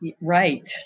Right